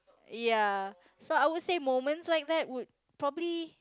ya so I would say moments like that would probably